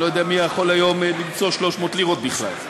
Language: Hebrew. אני לא יודע מי יכול היום למצוא 300 לירות בכלל.